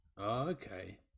Okay